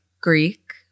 Greek